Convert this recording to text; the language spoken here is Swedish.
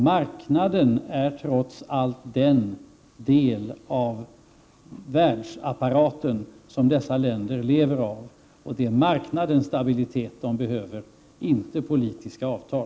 Marknaden är trots allt den del av världsapparaten som dessa länder lever av. Det är marknadens stabilitet de behöver, inte politiska avtal.